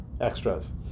extras